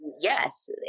Yes